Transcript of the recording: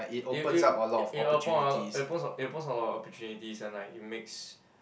it it it open a lot it opens it opens a lot opportunities and like it makes